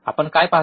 आपण काय पाहतो